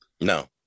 No